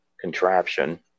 contraption